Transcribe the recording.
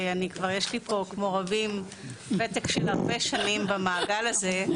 ואני כבר יש לי פה כמו רבים ותק של הרבה שנים במעגל הזה,